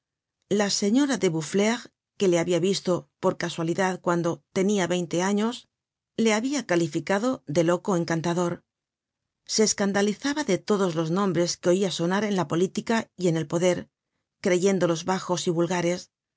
la señora de boufflers que le habia visto por casualidad cuando tenia veinte años le habia calificado de loco encantador se escandalizaba de todos los nombres que oia sonar en la política y en el poder creyéndolos bajos y vulgares